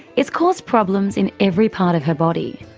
it's caused problems in every part of her body.